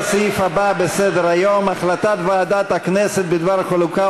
לסעיף הבא בסדר-היום: החלטת ועדת הכנסת בדבר חלוקה